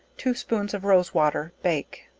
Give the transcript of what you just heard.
two spoons of rose-water bake.